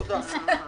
תודה.